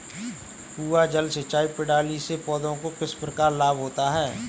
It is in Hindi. कुआँ जल सिंचाई प्रणाली से पौधों को किस प्रकार लाभ होता है?